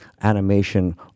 animation